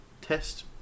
test